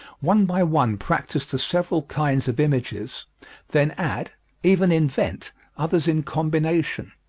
one by one practise the several kinds of images then add even invent others in combination,